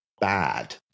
bad